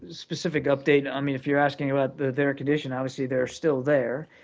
specific update. i mean, if you're asking about their condition, obviously, they're still there,